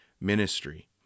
ministry